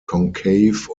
concave